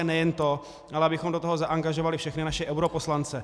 A nejen to, ale abychom do toho zangažovali všechny naše europoslance.